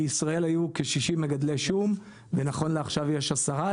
בישראל היו כ-60 מגדלי שום ונכון לעכשיו יש עשרה,